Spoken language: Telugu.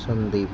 సందీప్